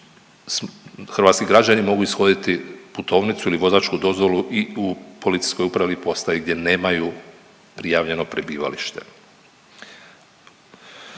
hrvatski građani mogu ishoditi putovnicu ili vozačku dozvolu i u policijskoj upravi, postaji gdje nemaju prijavljeno prebivalište.